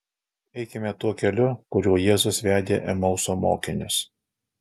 eikime tuo keliu kuriuo jėzus vedė emauso mokinius